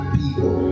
people